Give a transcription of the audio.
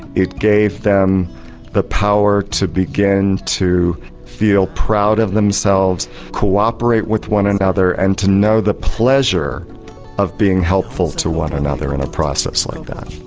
it gave them the power to begin to feel proud of themselves, cooperate with one another and to know the pleasure of being helpful to one another in a process like that.